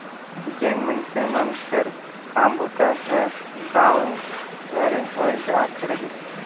जेन मइनसे मन कर काम बूता हर गाँवे घरे होए जात रहिस